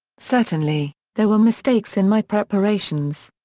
certainly, there were mistakes in my preparations.